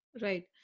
right